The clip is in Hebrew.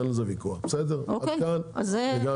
עד כאן הגענו.